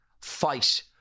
fight